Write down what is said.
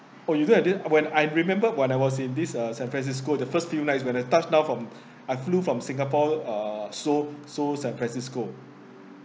oh you don't I didn't when I remember when I was in this uh san francisco the first few nights when I touched down from I flew from singapore uh so so san francisco